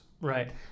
right